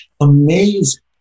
Amazing